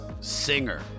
singer